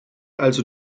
also